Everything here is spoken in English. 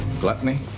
gluttony